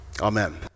amen